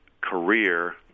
career